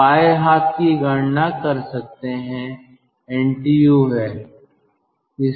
हम बाएं हाथ की गणना कर सकते हैं कि NTU है